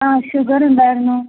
ആ ഷുഗറുണ്ടായിരുന്നു